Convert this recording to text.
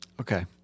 Okay